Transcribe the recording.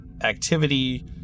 activity